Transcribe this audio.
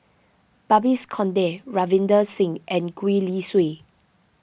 Babes Conde Ravinder Singh and Gwee Li Sui